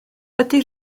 ydy